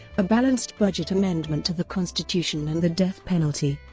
a balanced-budget amendment to the constitution and the death penalty.